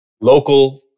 local